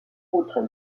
outre